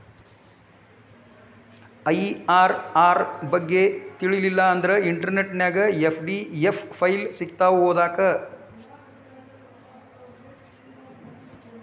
IRR ಬಗ್ಗೆ ತಿಳಿಲಿಲ್ಲಾ ಅಂದ್ರ ಇಂಟರ್ನೆಟ್ ನ್ಯಾಗ ಪಿ.ಡಿ.ಎಫ್ ಫೈಲ್ ಸಿಕ್ತಾವು ಓದಾಕ್